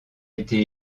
été